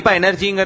energy